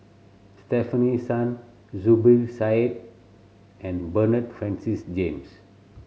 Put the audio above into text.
Stefanie Sun Zubir Said and Bernard Francis James